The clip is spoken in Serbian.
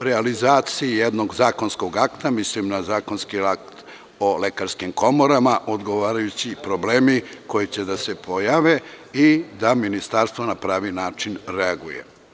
realizaciji jednog zakonskog akta, mislim na zakonski akt o lekarskim komorama, odgovarajući problemi koji će da se pojave i da Ministarstvo na pravi način reaguje.